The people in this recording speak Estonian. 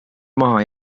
maha